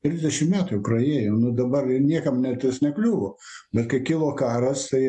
trisdešim metų jau praėjo nu dabar ir niekam ne tas nekliuvo bet kai kilo karas tai